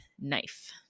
knife